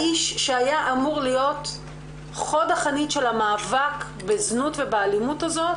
האיש שהיה אמור להיות חוד החנית של המאבק בזנות ובאלימות הזאת,